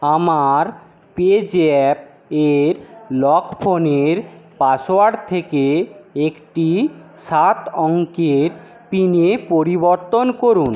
আমার পেজ্যাপ এর লক ফোনের পাসওয়ার্ড থেকে একটি সাত অঙ্কের পিনে পরিবর্তন করুন